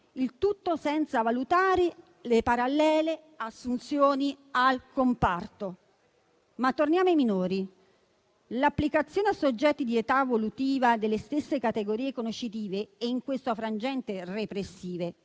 il tutto senza valutare le parallele assunzioni al comparto. Ma torniamo ai minori. L'applicazione a soggetti in età evolutiva delle stesse categorie conoscitive, e in questo frangente repressive,